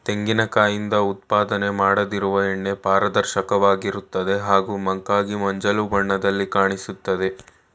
ತೆಂಗಿನ ಕಾಯಿಂದ ಉತ್ಪಾದನೆ ಮಾಡದಿರುವ ಎಣ್ಣೆ ಪಾರದರ್ಶಕವಾಗಿರ್ತದೆ ಹಾಗೂ ಮಂಕಾಗಿ ಮಂಜಲು ಬಣ್ಣದಲ್ಲಿ ಕಾಣಿಸ್ತದೆ